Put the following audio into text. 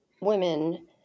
women